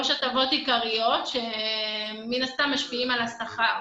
הטבות עיקריות שמן הסתם משפיעות על השכר.